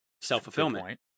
Self-fulfillment